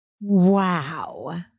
Wow